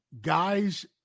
guys